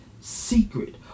secret